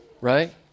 right